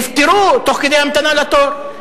נפטרו תוך כדי המתנה לתור.